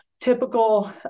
typical